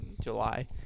july